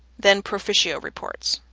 then proficio reports.